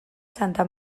santa